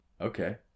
Okay